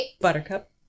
Buttercup